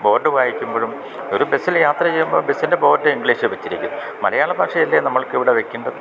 board വായിക്കുമ്പോഴും ഒരു ബസ്സിൽ യാത്ര ചെയ്യുമ്പം ബസ്സിൻ്റെ ബോർഡ് ഇങ്ക്ളീഷിൽ വെച്ചിരിക്കുന്നു മലയാള ഭാഷയല്ലേ നമ്മൾക്ക് ഇവിടെ വെയ്ക്കേണ്ടത്